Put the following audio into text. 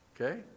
Okay